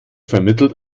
vermittelt